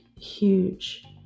huge